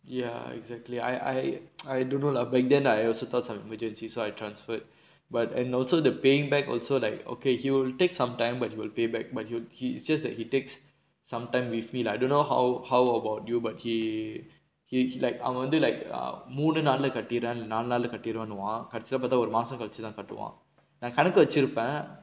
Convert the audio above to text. ya exactly I I I don't know lah back then lah I also thought of emergency so I transferred but and also the paying back also like okay he would take some time but he will pay back but he it's just that he takes some time with me lah don't know how how about you but he he like அவன் வந்து:avan vanthu like மூணு நாளையில கட்டிரேன் நாலு நாள்ல கட்டிருவேனுவான் கடைசில பாத்தா ஒரு மாசம் கழிச்சுதான் கட்டுவான் நான் கணக்கு வெச்சுருப்பேன்:moonu naalaiyila kattiraen naalu naalla kattiruvaenuvaan kadaisila paaththa oru maasam kalichuthaan kattuvaan naan kanakku vechchuruppaen